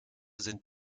sind